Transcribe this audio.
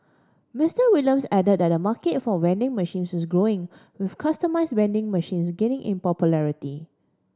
Mister Williams added that the market for vending machines is growing with customise vending machines gaining in popularity